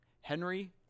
Henry